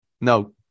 No